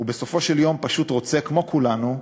ובסופו של דבר פשוט רוצה, כמו כולנו,